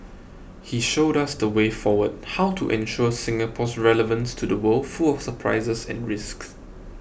he showed us the way forward how to ensure Singapore's relevance to the world full of surprises and risks